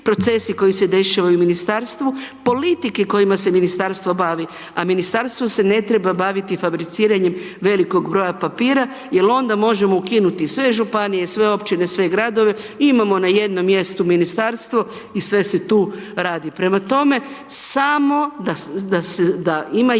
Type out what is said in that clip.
procesi koji se dešavaju u Ministarstvu, politike kojima se Ministarstvo bavi, a Ministarstvo se ne treba baviti fabriciranjem velikog broja papira jel onda možemo ukinuti sve županije, sve općine, sve gradove, imamo na jednom mjestu Ministarstvo i sve se tu radi. Prema tome, samo da, ima jedna